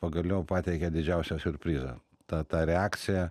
pagaliau pateikė didžiausią siurprizą ta ta reakcija